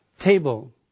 table